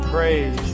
Praise